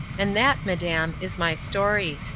and that, madam, is my story.